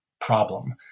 problem